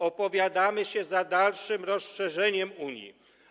Opowiadamy się za dalszym rozszerzeniem Unii.